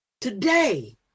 today